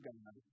God